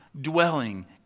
dwelling